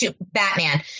Batman